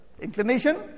inclination